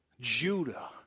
Judah